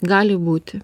gali būti